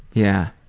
yeah